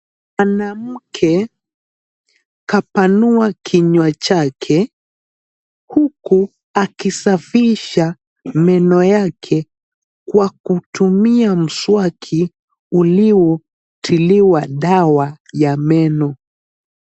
Mwanamke kapanua kinywa chake huku akisafisha meno yake kwa kutumia mswaki uliotiliwa dawa ya meno.